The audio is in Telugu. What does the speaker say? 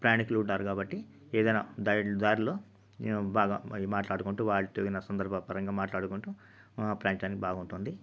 ప్రయాణికులు ఉంటారు కాబట్టి ఏదైనా డా దారిలో బాగా మేము మాట్లాడుకుంటూ ఏదైనా సందర్భపరంగా మాట్లాడుకుంటూ ప్రయాణించడానికి బాగుంటుంది